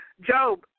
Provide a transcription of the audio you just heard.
Job